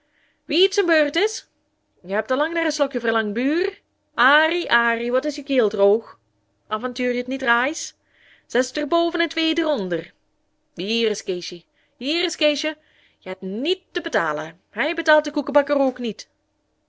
wie t zen beurt is je hebt al lang naar een slokje verlangd buur arie arie wat is je keel droog aventuur je t niet rais zes der boven en twee der onder hier is keesje hier is keesje je het niet te betalen hij betaalt de koekebakker ook niet